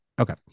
Okay